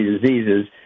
diseases